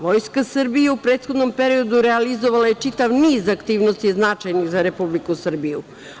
Vojska Srbije u prethodnom periodu realizovala je čitav niz aktivnosti značajnih za Republiku Srbiju.